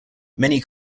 many